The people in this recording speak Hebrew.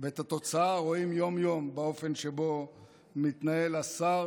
ואת התוצאה רואים יום-יום באופן שבו מתנהל השר